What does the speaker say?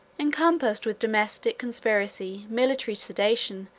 encompassed with domestic conspiracy, military sedition,